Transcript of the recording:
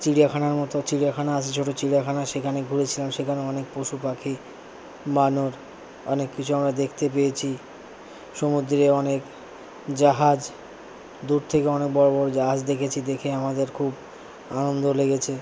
চিড়িয়াখানার মতো চিড়িয়াখানা আছে ছোটো চিড়িয়াখানা সেখানে ঘুরেছিলাম সেখানে অনেক পশুপাখি বানর অনেক কিছু আমরা দেখতে পেয়েছি সমুদ্রে অনেক জাহাজ দূর থেকে অনেক বড়ো বড়ো জাহাজ দেখেছি দেখে আমাদের খুব আনন্দ লেগেছে